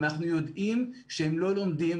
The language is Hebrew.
אנחנו יודעים שהם לא לומדים.